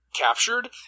captured